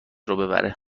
ببره